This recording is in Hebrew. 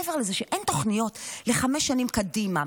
מעבר לזה שאין תוכניות לחמש שנים קדימה,